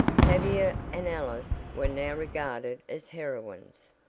tavia and alice were now regarded as heroines.